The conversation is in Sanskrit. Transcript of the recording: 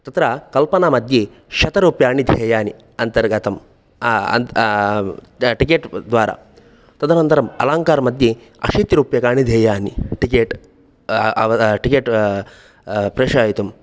तत्र कल्पना मध्ये शतरुप्याणि देयानि अन्तर्गतं टिकेट् द्वारा तदनन्तरम् अलङ्कार् मध्ये अशीतिरुप्यकाणि देयानि टिकेट् टिकेट् प्रेषयितुं